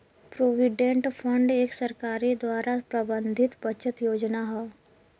provident fund एक सरकार द्वारा प्रबंधित बचत योजना हौ